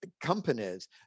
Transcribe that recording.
companies